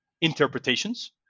interpretations